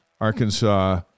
Arkansas